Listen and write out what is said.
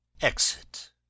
Exit